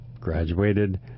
graduated